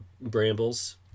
brambles